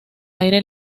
aire